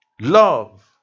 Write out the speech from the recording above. Love